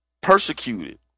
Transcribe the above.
persecuted